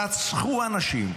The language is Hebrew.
רצחו אנשים.